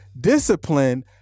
discipline